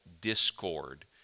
discord